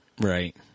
Right